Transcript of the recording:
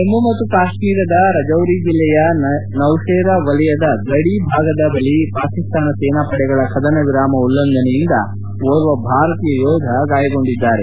ಜಮ್ನು ಮತ್ತು ಕಾಶ್ನೀರದ ರಾಜೌರಿ ಜಿಲ್ಲೆಯ ನೌತೆರಾ ವಲಯದ ಗಡಿ ಭಾಗದ ಬಳಿ ಪಾಕಿಸ್ತಾನ ಸೇನಾ ಪಡೆಗಳ ಕದನ ವಿರಾಮ ಉಲ್ಲಂಘನೆಯಿಂದ ಓರ್ವ ಭಾರತೀಯ ಯೋಧ ಗಾಯಗೊಂಡಿದ್ದಾರೆ